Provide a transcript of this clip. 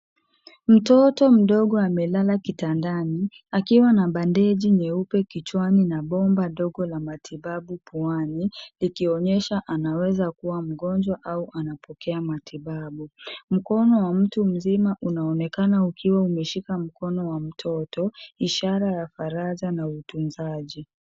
Mtoto mdogo amelala kitandani akiwa na bendeji nyeupe kichwani na bomba dogo la matibabu puani, likionyesha anaweza kuwa mgonjwa au anapokea matibabu. Mkono wa mtu mzima unaonekana ukiwa umeshika mkono wa mtoto, ishara ya faraja na utunzaji.